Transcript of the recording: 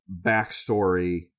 backstory